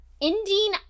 ending